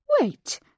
Wait